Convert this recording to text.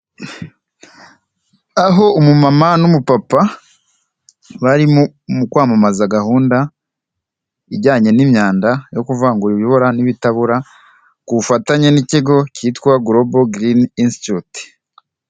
Aho umumama n'umupapa bari mu kwamamaza gahunda ijyanye n'imyanda yo kuvangura ibibora n'ibitabora ku bufatanye n'ikigo cyitwa global green instutute.